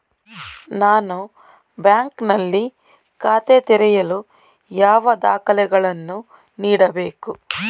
ನಾನು ಬ್ಯಾಂಕ್ ನಲ್ಲಿ ಖಾತೆ ತೆರೆಯಲು ಯಾವ ದಾಖಲೆಗಳನ್ನು ನೀಡಬೇಕು?